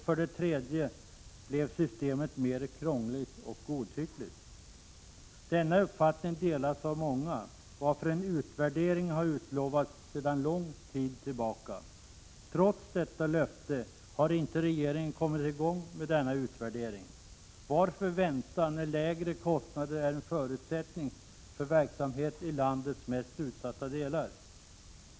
För det tredje blev systemet mer krångligt och godtyckligt. Denna uppfattning delas av många, varför en utvärdering har utlovats sedan lång tid tillbaka. Trots detta löfte har inte regeringen kommit i gång med denna utvärdering. Varför vänta, när lägre kostnader är en förutsättning för verksamhet i landets mest utsatta delar?